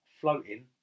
floating